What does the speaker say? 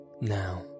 Now